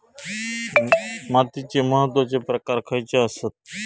मातीचे महत्वाचे प्रकार खयचे आसत?